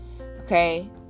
okay